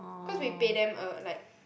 cause we pay them uh like